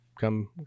come